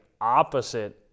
opposite